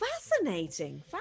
Fascinating